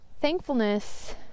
Thankfulness